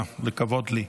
לכבוד לי.